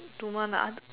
don't want lah